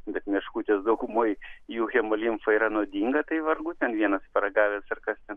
bet meškutės daugumoj jų hemalimfa yra nuodinga tai vargu ten vienas paragavęs ar kas ten